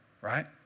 right